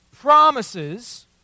promises